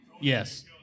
Yes